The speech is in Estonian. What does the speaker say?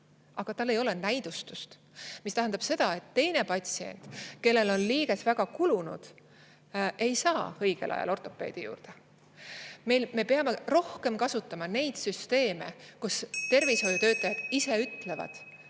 aga tal ei ole näidustust. Mis tähendab seda, et teine patsient, kellel on liiges väga kulunud, ei saa õigel ajal ortopeedi juurde. Me peame rohkem kasutama neid süsteeme, (Juhataja helistab